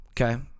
okay